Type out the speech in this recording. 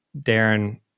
Darren